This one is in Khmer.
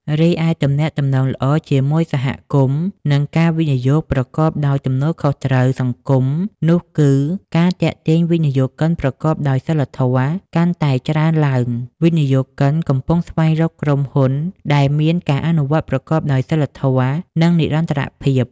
រីឯ ទំនាក់ទំនងល្អជាមួយសហគមន៍ និងការវិនិយោគប្រកបដោយទំនួលខុសត្រូវសង្គមនោះគឺ ការទាក់ទាញវិនិយោគិនប្រកបដោយសីលធម៌: កាន់តែច្រើនឡើង វិនិយោគិនកំពុងស្វែងរកក្រុមហ៊ុនដែលមាន ការអនុវត្តប្រកបដោយសីលធម៌ និងនិរន្តរភាព។